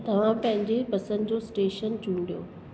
तव्हां पंहिंजी पसंदि जो स्टेशन चूंडियो